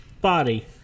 body